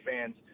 fans